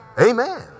Amen